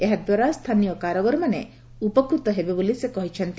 ଏହାଦ୍ୱାରା ସ୍ଥାନୀୟ କାରିଗରମାନେ ଉପକୃତ ହେବେ ବୋଲି ସେ କହିଛନ୍ତି